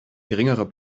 geringerer